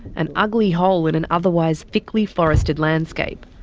an ugly hole in an otherwise thickly forested landscape.